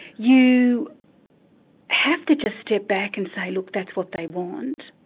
you have to just step back and say look, that's what they want.